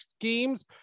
schemes